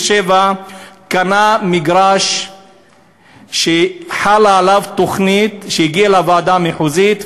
ב-1997 קנה מגרש שחלה עליו תוכנית שהגיעה לוועדה המחוזית,